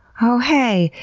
oh hey,